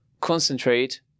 concentrate